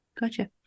gotcha